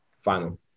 final